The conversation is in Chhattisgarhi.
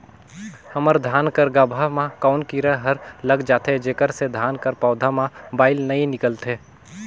हमर धान कर गाभा म कौन कीरा हर लग जाथे जेकर से धान कर पौधा म बाएल नइ निकलथे?